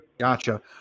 Gotcha